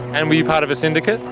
and were you part of a syndicate?